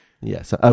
yes